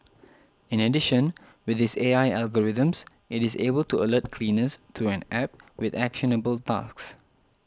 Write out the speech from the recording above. in addition with its A I algorithms it is able to alert cleaners through an App with actionable tasks